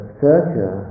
searcher